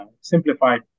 simplified